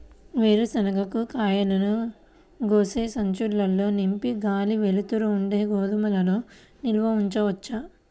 వేరుశనగ కాయలను గోనె సంచుల్లో నింపి గాలి, వెలుతురు ఉండే గోదాముల్లో నిల్వ ఉంచవచ్చా?